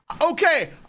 Okay